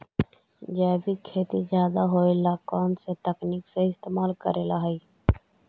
जैविक खेती ज्यादा होये ला कौन से तकनीक के इस्तेमाल करेला हई?